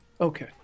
Okay